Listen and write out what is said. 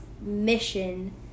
mission